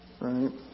right